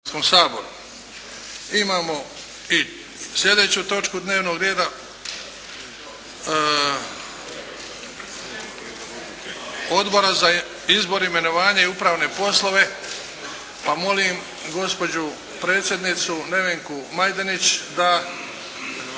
Imamo i slijedeću točku dnevnog reda Odbora za izbor, imenovanja i upravne poslove. Molim gospođu predsjednicu Nevenku Majdenić da